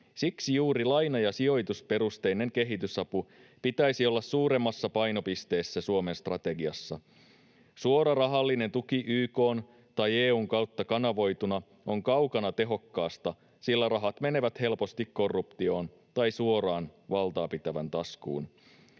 Siksi juuri laina‑ ja sijoitusperusteisen kehitysavun pitäisi olla suuremmassa painopisteessä Suomen strategiassa. Suora rahallinen tuki YK:n tai EU:n kautta kanavoituna on kaukana tehokkaasta, sillä rahat menevät helposti korruptioon tai suoraan valtaapitävän taskuun.